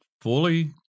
fully